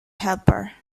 helper